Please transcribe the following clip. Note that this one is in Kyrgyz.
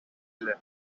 эле